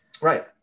right